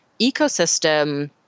ecosystem